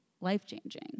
life-changing